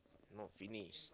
not finish